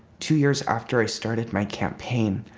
two years after i started my campaign,